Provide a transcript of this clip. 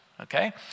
okay